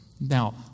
Now